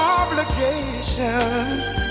obligations